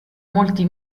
molti